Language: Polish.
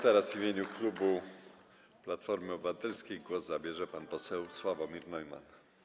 Teraz w imieniu klubu Platformy Obywatelskiej głos zabierze pan poseł Sławomir Neumann.